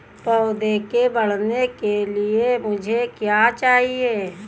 पौधे के बढ़ने के लिए मुझे क्या चाहिए?